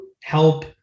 help